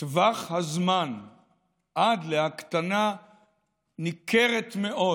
טווח הזמן עד להקטנה ניכרת מאוד